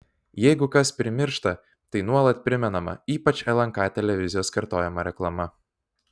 jeigu kas primiršta tai nuolat primenama ypač lnk televizijos kartojama reklama